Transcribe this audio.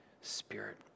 spirit